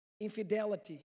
infidelity